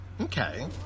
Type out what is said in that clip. Okay